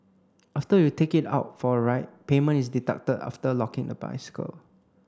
after you take it out for a ride payment is deducted after locking the bicycle